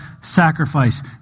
sacrifice